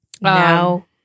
Now